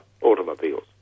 automobiles